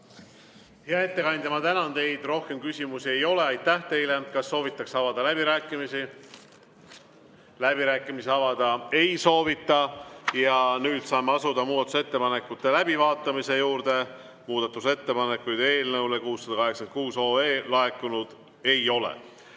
Hea ettekandja, ma tänan teid. Rohkem küsimusi ei ole. Aitäh teile! Kas soovitakse avada läbirääkimisi? Läbirääkimisi avada ei soovita. Nüüd saame asuda muudatusettepanekute läbivaatamise juurde. Muudatusettepanekuid eelnõu 686 kohta laekunud ei ole.